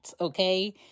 okay